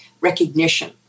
recognition